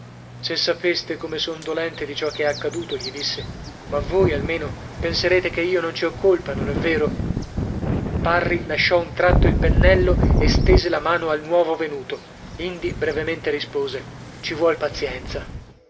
se sapeste come sono dolente di ciò che è accaduto gli disse ma voi almeno penserete che io non ci ho colpa non è vero parri lasciò un tratto il pennello e stese la mano al nuovo venuto indi brevemente rispose ci vuol pazienza